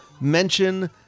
mention